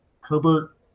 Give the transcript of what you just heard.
Herbert